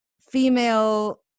female